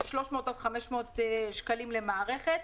של 300 עד 500 שקלים למערכת.